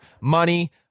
Money